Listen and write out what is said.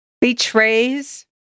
betrays